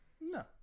No